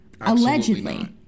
Allegedly